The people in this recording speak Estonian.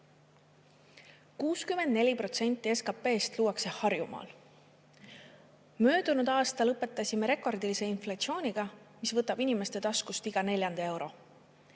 64% SKP‑st luuakse Harjumaal. Möödunud aasta lõpetasime rekordilise inflatsiooniga, mis võtab inimeste taskust iga neljanda euro.